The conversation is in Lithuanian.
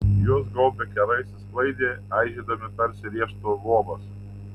juos gaubę kerai išsisklaidė aižėdami tarsi riešuto luobas